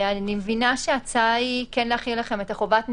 אני מבינה שההצעה היא כן להחיל עליכם את חובת הנהלים,